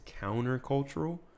countercultural